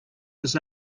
this